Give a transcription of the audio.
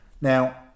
Now